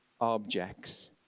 objects